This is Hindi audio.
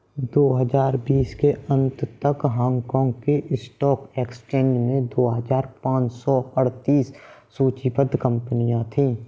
दो हजार बीस के अंत तक हांगकांग के स्टॉक एक्सचेंज में दो हजार पाँच सौ अड़तीस सूचीबद्ध कंपनियां थीं